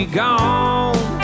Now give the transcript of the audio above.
gone